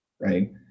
right